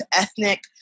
ethnic